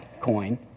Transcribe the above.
coin